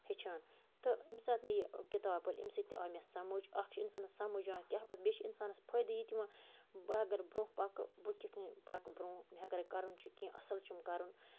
ہیٚچھان تہٕ ییٚمہِ ساتہٕ مےٚ یہِ کِتاب پٔر اَمہِ سۭتۍ تہِ آو مےٚ سَمٕجھ اَکھ چھُ اِنسانَس سَمجھ یِوان کیٛاہ پزِ بیٚیہِ اِنسانس فٲیدٕ یہِ تہِ یِوان بہٕ اگر برٛونٛہہ پَکہٕ بہٕ کِتھٕ کٔنۍ پَکہٕ برٛونٛہہ مےٚ اگرے کَرُن چھُ کیٚنٛہہ اَصٕل چھُم کَرُن